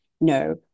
no